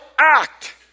act